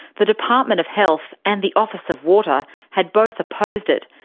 the department of health and the office of water had both opposed it,